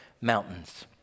mountains